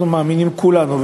אנחנו מאמינים כולנו,